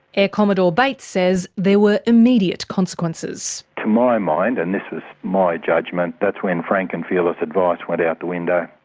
air commodore bates says there were immediate consequences. to my mind, and this was my judgement, that's when frank and fearless advice went out the window.